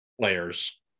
players